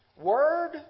Word